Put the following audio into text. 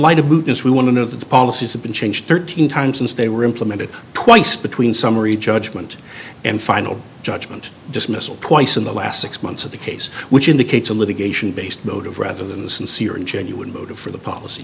light of this we want to move the policies have been changed thirteen times since they were implemented twice between summary judgment and final judgment dismissal twice in the last six months of the case which indicates a litigation based motive rather than the sincere and genuine motive for the policy